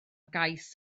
gais